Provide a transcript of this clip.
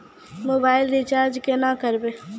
Mobile recharge केना करबै?